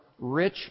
rich